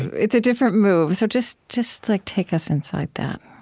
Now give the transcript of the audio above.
it's a different move, so just just like take us inside that